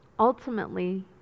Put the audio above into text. Ultimately